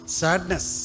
sadness